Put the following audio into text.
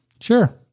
Sure